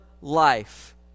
life